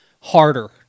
harder